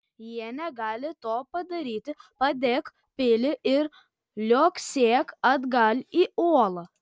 jei negali to padaryti padek pilį ir liuoksėk atgal į uolą